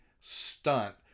stunt